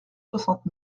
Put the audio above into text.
soixante